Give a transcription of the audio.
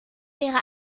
wäre